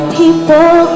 people